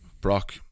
Brock